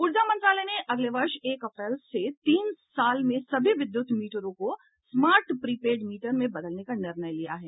ऊर्जा मंत्रालय ने अगले वर्ष एक अप्रैल से तीन साल में सभी विद्युत मीटरों को स्मार्ट प्रीपेड मीटर में बदलने का निर्णय लिया है